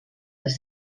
les